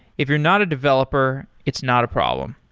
if you're not a developer, it's not a problem.